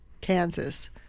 Kansas